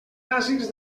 bàsics